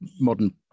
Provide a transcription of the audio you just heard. modern